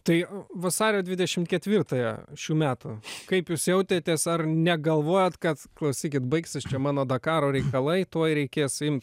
tai vasario dvidešim ketvirtąją šių metų kaip jūs jautėtės ar negalvojot kad klausykit baigsis čia mano dakaro reikalai tuoj reikės imti